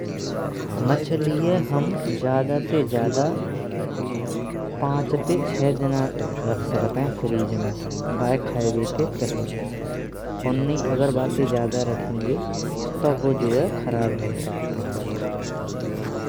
मछलिये हैं हम ज़्यादा ते ज़्यादा पाँच ते छह दिना तक रख संकत हैं फ्रीज में। बाये खावते पहल ओन नै, अगर बाते ज़्यादा रखेंगे तो बु जो ऐ खराब है जाएगी।